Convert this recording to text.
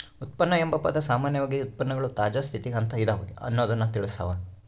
ಉತ್ಪನ್ನ ಎಂಬ ಪದ ಸಾಮಾನ್ಯವಾಗಿ ಉತ್ಪನ್ನಗಳು ತಾಜಾ ಸ್ಥಿತಿಗ ಅಂತ ಇದವ ಅನ್ನೊದ್ದನ್ನ ತಿಳಸ್ಸಾವ